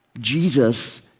Jesus